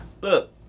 Look